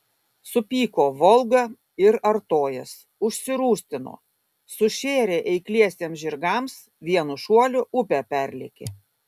supyko volga ir artojas užsirūstino sušėrė eikliesiems žirgams vienu šuoliu upę perlėkė